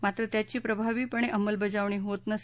मात्र त्याची प्रभावीपणे अंमलबजावणी होत नसे